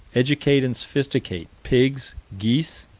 educate and sophisticate pigs, geese,